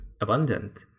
abundant